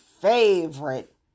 favorite